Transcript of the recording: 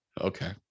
Okay